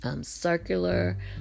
circular